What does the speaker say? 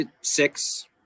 six